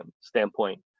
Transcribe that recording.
standpoint